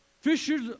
Fishers